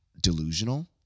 delusional